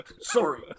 sorry